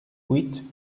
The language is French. huit